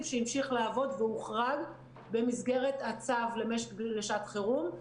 שהמשיך לעבוד והוחרג במסגרת הצו לשעת חירום.